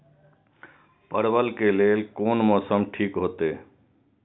परवल के लेल कोन मौसम ठीक होते?